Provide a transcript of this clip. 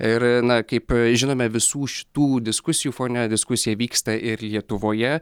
ir na kaip žinome visų šitų diskusijų fone diskusija vyksta ir lietuvoje